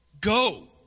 Go